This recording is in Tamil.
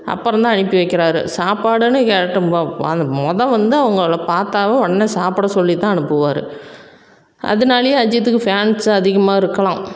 அப்புறம் தான் அனுப்பி வைக்கிறார் சாப்பாடுன்னு கேட்டும் போ அந் மொதல் வந்து அவங்களை பார்த்தாவே உடனே சாப்பிட சொல்லி தான் அனுப்புவார் அதனாலயே அஜித்துக்கு ஃபேன்ஸ் அதிகமாக இருக்கலாம்